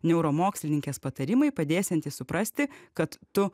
neuromokslininkės patarimai padėsiantys suprasti kad tu